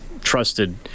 trusted